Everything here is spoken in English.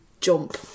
jump